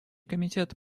комитет